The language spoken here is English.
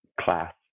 class